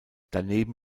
daneben